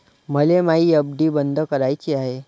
मले मायी एफ.डी बंद कराची हाय